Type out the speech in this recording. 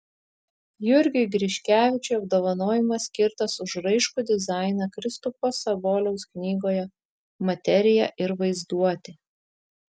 jurgiui griškevičiui apdovanojimas skirtas už raiškų dizainą kristupo saboliaus knygoje materija ir vaizduotė